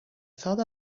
thought